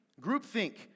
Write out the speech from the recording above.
Groupthink